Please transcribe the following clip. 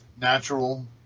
Natural